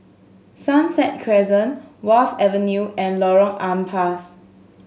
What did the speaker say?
Sunset Crescent Wharf Avenue and Lorong Ampas